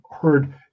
heard